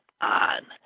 on